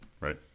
right